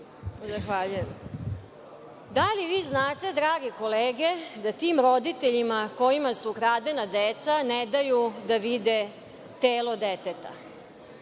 Zahvaljujem. Da li znate drage kolege da roditeljima kojima su ukradena deca ne daju da vide telo deteta?